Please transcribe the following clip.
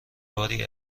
باری